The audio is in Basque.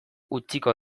utziko